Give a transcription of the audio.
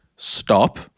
stop